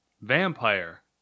Vampire